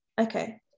okay